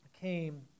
came